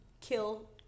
kill